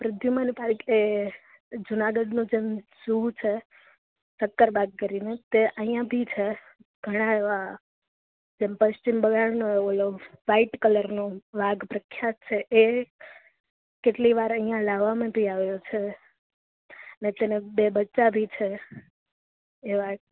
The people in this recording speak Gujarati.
પ્રધ્યુમન પાર્ક એ જુનાગઢનું જેમ ઝૂ છે સક્કરબાગ કરીને તે અઇયાં ભી છે ઘણા એવા સિમ્પલસ્ટીન બગાળનો ઓલો વાઇટ કલરનો બાંઘ પ્રખ્યાત છે એ કેટલી વાર અઇયાં લાવામાં ભી આવ્યો છે ને તેને બે બચ્ચા ભી છે એવા